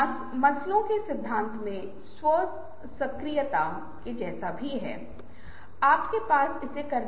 विचार मंच और विचार वृद्धि मैट्रिक्स के बाद थोड़ा चर्चा हो सकता है